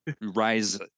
rise